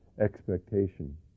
Expectation